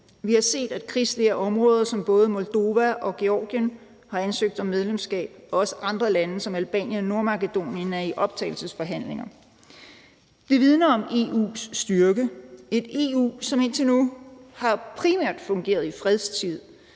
Vi har set, at krigsnære områder som både Moldova og Georgien har ansøgt om medlemskab, og også andre lande som Albanien og Nordmakedonien er i optagelsesforhandlinger. Det vidner om EU's styrke – et EU, som indtil nu primært har fungeret i fredstid.